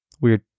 Weird